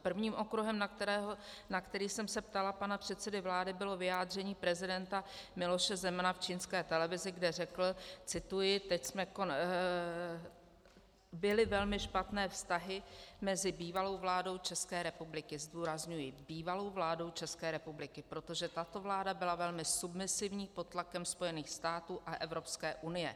Prvním okruhem, na který jsem se ptala pana předsedy vlády, bylo vyjádření prezidenta Miloše Zemana v čínské televizi, kde řekl cituji: Byly velmi špatné vztahy mezi bývalou vládou České republiky zdůrazňuji bývalou vládou České republiky , protože tato vláda byla velmi submisivní pod tlakem Spojených států a Evropské unie.